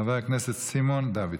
חבר הכנסת סימון דוידסון.